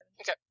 Okay